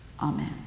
Amen